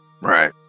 Right